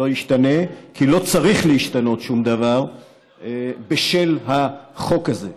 כי לא צריך להשתנות שום דבר בשל החוק הזה.